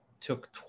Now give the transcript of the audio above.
took